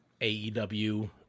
AEW